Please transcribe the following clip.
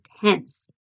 tense